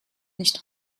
nicht